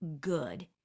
good